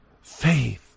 faith